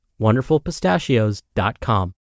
wonderfulpistachios.com